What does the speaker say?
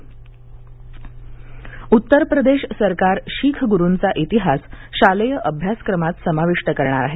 साहिबजादा दिवस उत्तर प्रदेश सरकार शीख गुरूंचा इतिहास शालेय अभ्यासक्रमात समाविष्ट करणार आहे